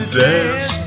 dance